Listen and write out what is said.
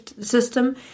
system